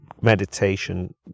meditation